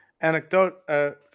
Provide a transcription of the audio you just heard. Anecdote